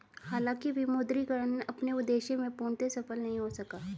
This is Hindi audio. हालांकि विमुद्रीकरण अपने उद्देश्य में पूर्णतः सफल नहीं हो सका